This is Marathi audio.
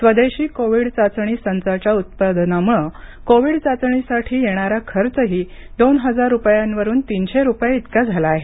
स्वदेशी कोविड चाचणी संचांच्या उत्पादनामुळे कोविड चाचणीसाठी येणारा खर्चही दोन हजार रुपयांवरुन तीनशे रुपये इतका झाला आहे